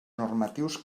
normatius